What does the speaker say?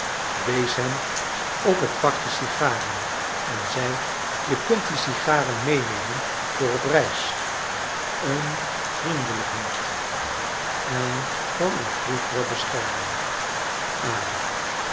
wees hem op het pakje sigaren en zei je kunt die sigaren meenemen voor op reis een vriendelijkheid ha van een vroegeren beschermeling